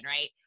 right